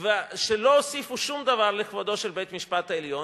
שלא הוסיפו שום דבר לכבודו של בית-המשפט העליון,